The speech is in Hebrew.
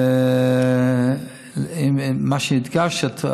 מה שהדגשת,